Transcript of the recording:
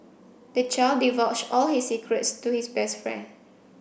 the child divulged all his secrets to his best friend